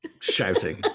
shouting